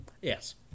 Yes